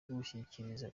gushyikiriza